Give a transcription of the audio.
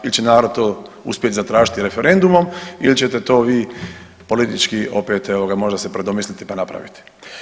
Ili će narod to uspjeti to zatražiti referendumom ili ćete to vi politički opet evo ga možda se predomisliti pa napraviti.